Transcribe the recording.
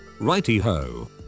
Righty-ho